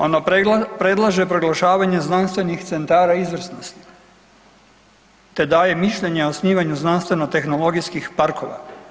Ono predlaže proglašavanje znanstvenih centara izvrsnosti te daje mišljenja o osnivanju znanstveno-tehnologijskih parkova.